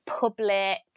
public